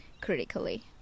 critically